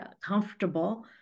comfortable